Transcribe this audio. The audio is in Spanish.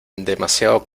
demasiado